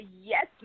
yes